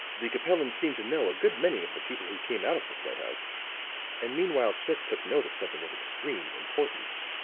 the capellan seemed to know a good many of the people who came out of the playhouse and meanwhile smith took note of something of extreme importance.